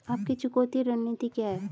आपकी चुकौती रणनीति क्या है?